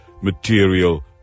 material